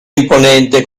imponente